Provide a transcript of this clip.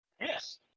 Yes